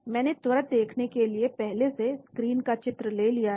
मैंने त्वरित देखने के लिए पहले से स्क्रीन का चित्र ले लिया है